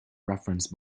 reference